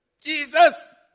Jesus